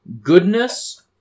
goodness